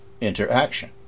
interaction